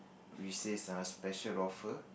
which says err special offer